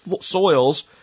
soils